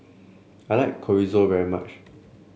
I like Chorizo very much